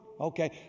okay